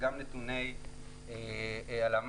וגם נתוני הלמ"ס,